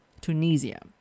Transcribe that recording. Tunisia